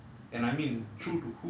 really true to ourselves